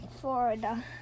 Florida